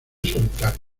solitario